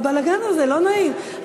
הבלגן הזה לא נעים.